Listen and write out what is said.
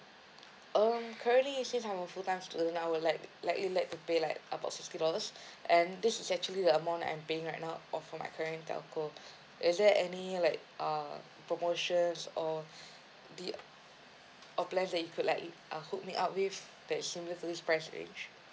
um currently since I'm a full time student I would like likely like to pay like about sixty dollars and this is actually the amount I'm paying right now or for my current telco is there any like uh promotion or the or plans that it could like uh hook me up with that is similar to this price range